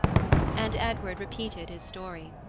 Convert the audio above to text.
and edward repeated his story.